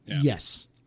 yes